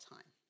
Time